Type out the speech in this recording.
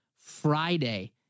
Friday